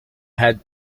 had